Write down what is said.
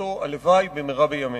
משפחתו במהרה בימינו.